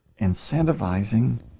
incentivizing